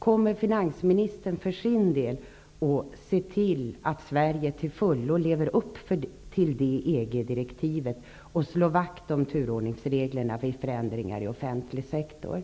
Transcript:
Kommer finansministern för sin del att se till att Sverige till fullo lever upp till det EG direktivet och slår vakt om turordningsreglerna vid förändringar i den offentliga sektorn?